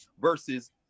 versus